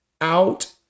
out